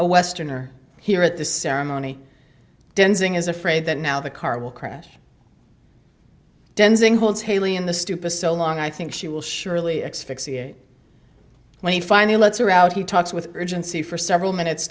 a westerner here at the ceremony dancing is afraid that now the car will crash dancing holds haley in the stupa so long i think she will surely expect ca when he finally lets her out he talks with urgency for several minutes